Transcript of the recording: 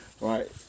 right